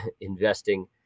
investing